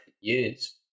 years